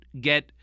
get